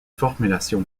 formulation